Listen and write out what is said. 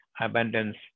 abundance